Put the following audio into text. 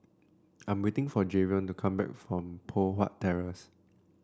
I'm waiting for Javion to come back from Poh Huat Terrace